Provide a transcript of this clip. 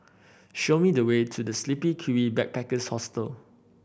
show me the way to The Sleepy Kiwi Backpackers Hostel